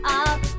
up